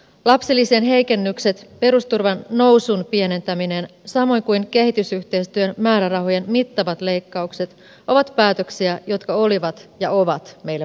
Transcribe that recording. lapsilisien heikennykset perusturvan nousun pienentäminen samoin kuin kehitysyhteistyön määrärahojen mittavat leikkaukset ovat päätöksiä jotka olivat ja ovat meille vaikeita